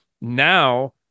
now